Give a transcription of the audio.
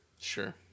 Sure